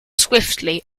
swiftly